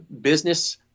business